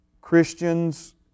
Christians